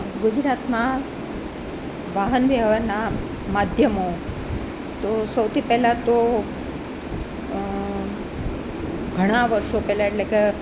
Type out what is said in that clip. ગુજરાતમાં વાહન વ્યવહારના માધ્યમો તો સૌથી પહેલાં તો ઘણા વર્ષો પહેલાં એટલે કે